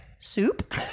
Soup